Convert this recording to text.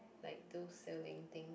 like those sailing thing